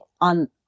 on